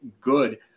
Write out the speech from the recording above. good